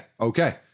okay